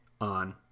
on